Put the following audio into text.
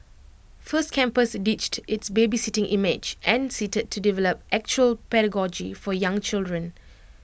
first campus ditched its babysitting image and setted to develop actual pedagogy for young children